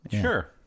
sure